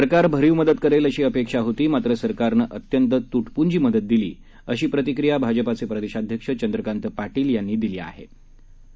सरकार भरीव मदत करेल अशी अपेक्षा होती मात्र सरकारनं अत्यंत तुटपुंजी मदत दिली अशी प्रतिक्रिया भाजपाचे प्रदेशाध्यक्ष चंद्रकांत पाटील यांनी वार्ताहरांशी बोलताना दिली